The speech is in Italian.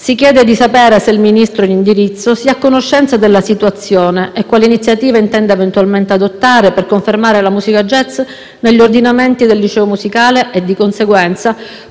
si chiede di sapere se il Ministro in indirizzo sia a conoscenza della situazione e quali iniziative intenda eventualmente adottare per confermare la musica *jazz* negli ordinamenti del liceo musicale e, di conseguenza,